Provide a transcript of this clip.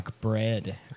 Bread